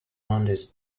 mondays